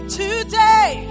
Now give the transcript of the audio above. today